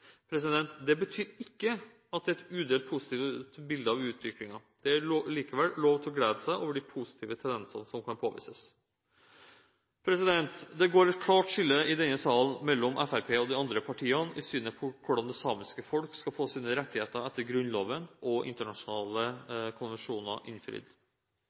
2011–2012. Det betyr at det ikke er et udelt positivt bilde av utviklingen. Det er likevel lov til å glede seg over de positive tendensene som kan påvises. Det går et klart skille i denne salen mellom Fremskrittspartiet og de andre partiene i synet på hvordan det samiske folk skal få sine rettigheter innfridd etter Grunnloven og internasjonale